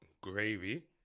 gravy